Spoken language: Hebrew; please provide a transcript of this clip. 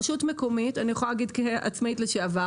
רשות מקומית - אני יכולה לומר כעצמאית לשעבר